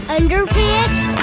Underpants